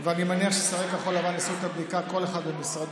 ואני מניח ששרי כחול לבן יעשו את הבדיקה כל אחד במשרדו,